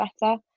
better